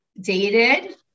dated